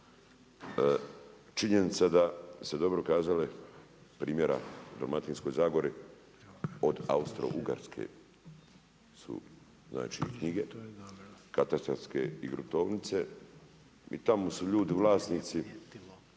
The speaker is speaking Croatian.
Činjenica da ste dobro kazali primjera u Dalmatinskoj zagori, od Austro-ugarske su znači knjige katastarske i gruntovnice i tamo su ljudi vlasnici